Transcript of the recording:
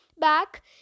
back